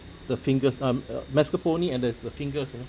the fingers ah uh mascarpone and the the fingers ah